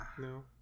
No